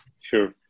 Sure